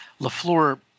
Lafleur